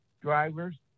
drivers